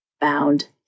bound